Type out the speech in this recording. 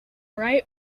ripe